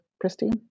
Christine